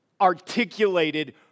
articulated